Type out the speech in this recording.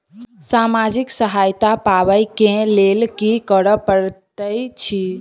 सामाजिक सहायता पाबै केँ लेल की करऽ पड़तै छी?